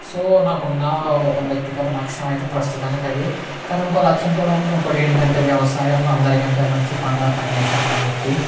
so నాకున్న వ్యక్తిగత లక్ష్యం అయితే ప్రస్తుతానికి అది కానీ ఇంకో లక్ష్యం కూడా ఉంది ఇంకొకటి ఏంటంటే వ్యవసాయంలో అందరి కంటే మంచి పంటను పండించాలని చెప్పి